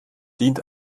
dient